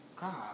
god